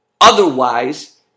Otherwise